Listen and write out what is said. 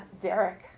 Derek